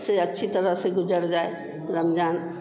से अच्छी तरह से गुज़र जाए रमज़ान